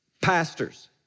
Pastors